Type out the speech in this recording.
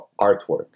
Artwork